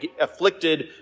afflicted